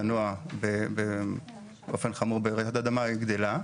תנוע באופן חמור ברעידת אדמה היא גדלה.